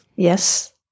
yes